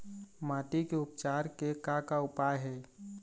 माटी के उपचार के का का उपाय हे?